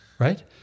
right